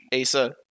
Asa